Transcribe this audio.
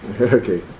okay